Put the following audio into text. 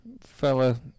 fella